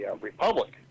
republic